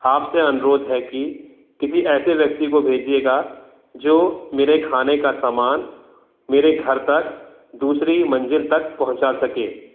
आप से अनुरोध है कि किसी ऐसे व्यक्ति को भेजिएगा जो मेरे खाने का सामान मेरे घर तक दूसरी मंज़िल तक पहुंचा सके